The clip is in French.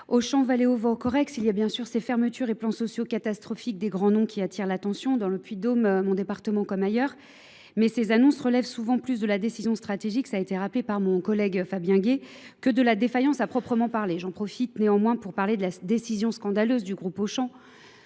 Au champ Valet-Au-Vaut-Corex, il y a bien sûr ces fermetures et plans sociaux catastrophiques des grands noms qui attirent l'attention. Dans le Puy-de-Dôme, mon département comme ailleurs. Mais ces annonces relèvent souvent plus de la décision stratégique, ça a été rappelé par mon collègue Fabien Guay, que de la défaillance à proprement parler. J'en profite néanmoins pour parler de la décision scandaleuse du groupe au champ.